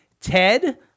Ted